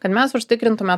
kad mes užtikrintume